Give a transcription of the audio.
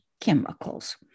chemicals